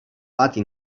pati